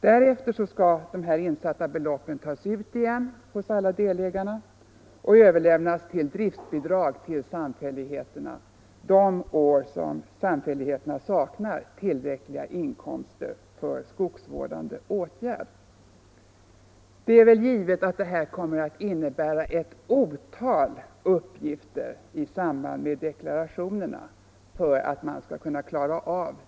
Därefter skall de insatta beloppen tas ut igen av alla delägarna och överlämnas som driftsbidrag till samfälligheterna de år dessa saknar tillräckliga inkomster för skogsvårdande åtgärder. Det är givet att dessa invecklade transaktioner kommer att innebära ett otal uppgifter i samband med deklarationerna.